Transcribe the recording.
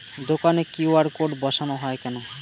দোকানে QR code বসানো হয় কেন?